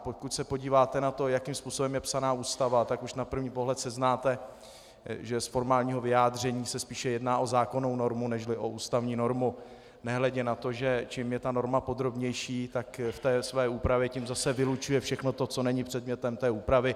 Pokud se podíváte na to, jakým způsobem je psaná Ústava, tak už na první pohled seznáte, že z formálního vyjádření se spíše jedná o zákonnou normu než o ústavní normu, nehledě na to, že čím je ta norma podrobnější, tak v té své úpravě tím zase vylučuje všechno to, co není předmětem té úpravy.